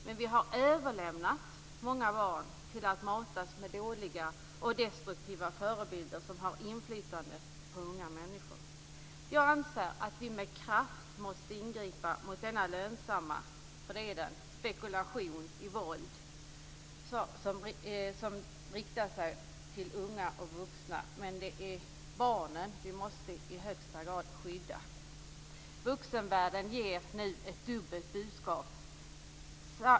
Men vi har överlämnat många barn till att matas med dåliga och destruktiva förebilder som har inflytande på unga människor. Jag anser att vi med kraft måste ingripa mot denna lönsamma - för det är det - spekulation i våld som riktar sig till unga och vuxna. Men det är barnen vi i högsta grad måste skydda. Vuxenvärlden ger nu ett dubbelt budskap.